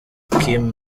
kim